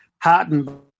heartened